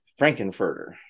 Frankenfurter